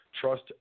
trust